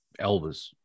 Elvis